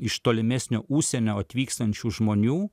iš tolimesnio užsienio atvykstančių žmonių